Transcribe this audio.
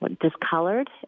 discolored